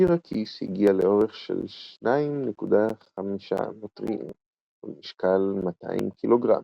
טפיר הכיס הגיע לאורך של 2.5 מטר ולמשקל 200 ק"ג.